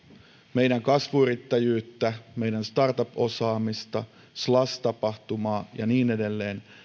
meidän kasvuyrittäjyyttämme meidän start up osaamistamme slush tapahtumaa ja niin edelleen